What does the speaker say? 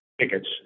tickets